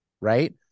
Right